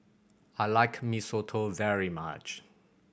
I like Mee Soto very much